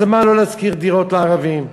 אז אמר לא להשכיר דירות לערבים.